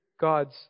God's